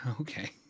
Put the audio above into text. Okay